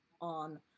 on